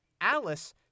Alice